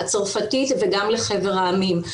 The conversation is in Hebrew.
הצרפתית וגם לחבר העמים.